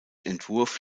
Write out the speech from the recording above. entwurf